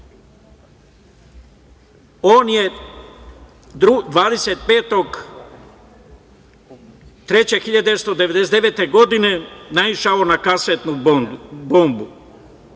On je 25. marta 1999. godine naišao na kasetnu bombu.